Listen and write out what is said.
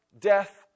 death